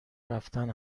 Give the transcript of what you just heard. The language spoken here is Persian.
رفتن